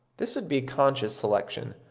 this would be unconscious selection,